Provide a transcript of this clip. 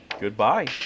goodbye